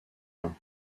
main